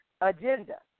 agenda